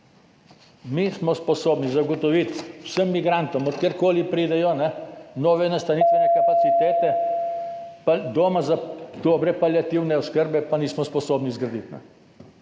Mi smo sposobni zagotoviti vsem migrantom, od kjer koli pridejo, nove nastanitvene kapacitete, doma pa za dobro paliativno oskrbo nismo sposobni zgraditi,